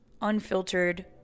unfiltered